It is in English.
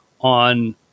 on